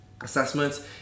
assessments